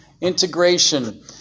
Integration